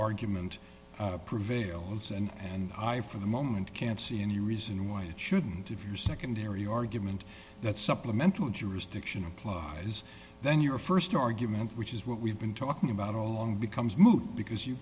argument prevails and and i for the moment can't see any reason why it shouldn't if your secondary argument that supplemental jurisdiction applies then your st argument which is what we've been talking about all along becomes moot because you